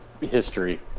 history